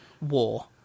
war